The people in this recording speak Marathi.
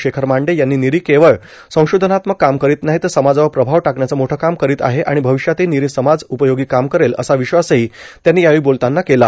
शेखर मांडे यांनी नीरी केवळ संशोधनात्मक काम करीत नाही तर समाजावर प्रभाव टाकण्याचं मोठं काम करीत आहे आणि भविष्यातही नीरी समाज उपयोगी काम करेल असा विश्वासही त्यांनी यावेळी बोलताना केला